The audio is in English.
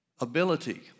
ability